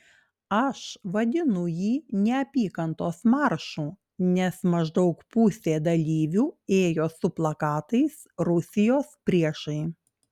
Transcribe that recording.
aš vadinu jį neapykantos maršu nes maždaug pusė dalyvių ėjo su plakatais rusijos priešai